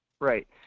Right